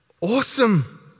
awesome